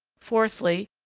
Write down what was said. fourthly,